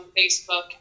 Facebook